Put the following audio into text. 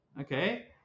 okay